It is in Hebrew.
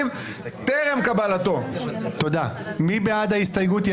מי בעד ההסתייגות?